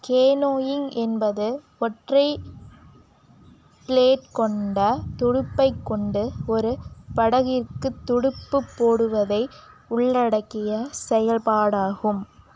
canoeing என்பது ஒற்றை blade கொண்ட துடுப்பைக் கொண்டு ஒரு படகிற்குத் துடுப்புப்போடுவதை உள்ளடக்கிய செயல்பாடாகும்